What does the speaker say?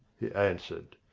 he answered.